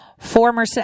Former